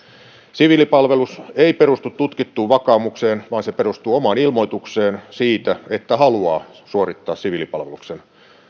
siviilipalvelus ei perustu tutkittuun vakaumukseen vaan se perustuu omaan ilmoitukseen siitä että haluaa suorittaa siviilipalveluksen